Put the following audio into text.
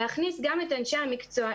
להכניס גם את אנשי המקצוע,